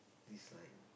dislike